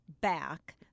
back